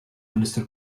minister